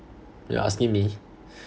you're asking me